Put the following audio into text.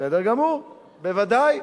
בסדר גמור, בוודאי.